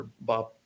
Bob